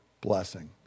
blessing